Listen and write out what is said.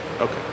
Okay